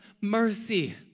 mercy